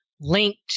linked